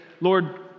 Lord